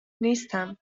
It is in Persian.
نیستم